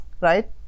right